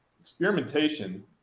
experimentation